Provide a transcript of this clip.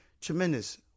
Tremendous